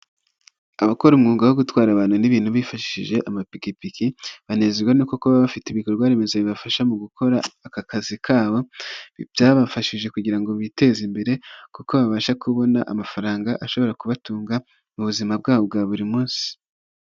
Abakora umwuga wo gutwara abantu n'ibintu bifashishije amapikipiki, banezezwa no kuba bafite ibikorwaremezo bibafasha mu gukora aka kazi kabo, byabafashije kugira ngo biteze imbere kuko babasha kubona amafaranga ashobora kubatunga mu buzima bwabo bwa buri munsi.